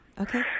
Okay